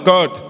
God